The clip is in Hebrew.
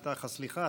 איתך הסליחה,